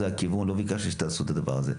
זהו לא הכיוון; לא ביקשתי שתעשו את הדבר הזה.